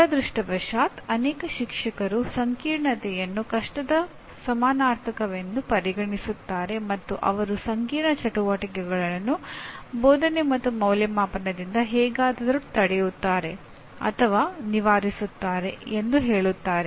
ದುರದೃಷ್ಟವಶಾತ್ ಅನೇಕ ಶಿಕ್ಷಕರು ಸಂಕೀರ್ಣತೆಯನ್ನು ಕಷ್ಟದ ಸಮಾನಾರ್ಥಕವೆಂದು ಪರಿಗಣಿಸುತ್ತಾರೆ ಮತ್ತು ಅವರು ಸಂಕೀರ್ಣ ಚಟುವಟಿಕೆಗಳನ್ನು ಬೋಧನೆ ಮತ್ತು ಅಂದಾಜುವಿಕೆಯಿಂದ ಹೇಗಾದರೂ ತಡೆಯುತ್ತಾರೆ ಅಥವಾ ನಿವಾರಿಸುತ್ತಾರೆ ಎಂದು ಹೇಳುತ್ತಾರೆ